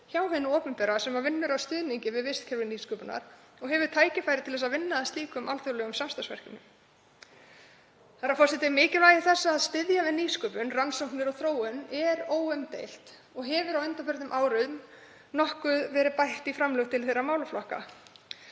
hjá hinu opinbera sem vinnur að stuðningi við vistkerfi nýsköpunar og hefur tækifæri til að vinna að slíkum alþjóðlegum samstarfsverkefnum. Mikilvægi þess að styðja við nýsköpun, rannsóknir og þróun er óumdeilt og hefur á undanförnum árum nokkuð verið bætt í framlög til þeirra málaflokka.